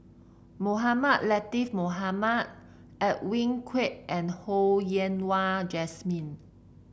Mohamed Latiff Mohamed Edwin Koek and Ho Yen Wah Jesmine